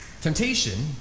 Temptation